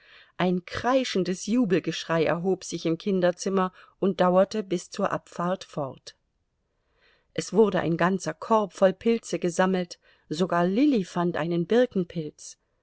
ein kreischendes jubelgeschrei erhob sich im kinderzimmer und dauerte bis zur abfahrt fort es wurde ein ganzer korb voll pilze gesammelt sogar lilly fand einen birkenpilz